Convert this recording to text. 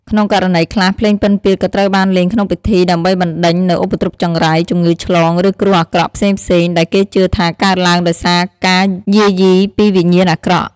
ក្នុងករណីខ្លះ ភ្លេងពិណពាទ្យក៏ត្រូវបានលេងក្នុងពិធីដើម្បីបណ្ដេញនូវឧបទ្រពចង្រៃ ជំងឺឆ្លង ឬគ្រោះអាក្រក់ផ្សេងៗ ដែលគេជឿថាកើតឡើងដោយសារការយាយីពីវិញ្ញាណអាក្រក់។